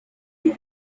then